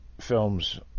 films